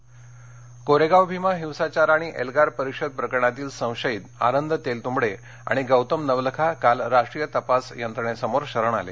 नवलखा कोरेगाव भीमा हिंसाचार आणि एल्गार परिषद प्रकरणातील संशयित आनंद तेलतुंबडे आणि गौतम नवलखा काल राष्ट्रीय तपास यंत्रणेसमोर शरण आले